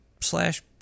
slash